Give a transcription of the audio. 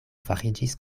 fariĝis